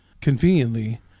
Conveniently